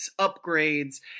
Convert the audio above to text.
upgrades